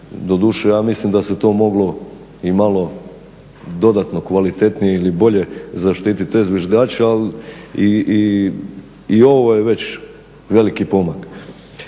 Doduše ja mislim da se to moglo i malo dodatno kvalitetnije ili bolje zaštiti te zviždače al i ovo je već veliki pomak.